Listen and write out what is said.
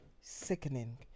sickening